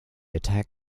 attack